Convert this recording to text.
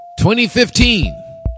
2015